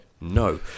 no